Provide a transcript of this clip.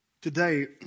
today